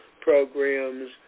programs